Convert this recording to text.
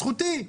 זכותי,